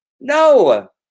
no